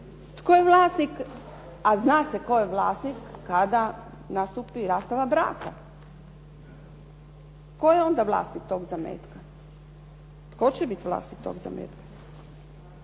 Tko je vlasnik, a zna se tko je vlasnik kada nastupi rastava braka. Tko je onda vlasnik tog zametka? Tko će biti vlasnik tog zametka?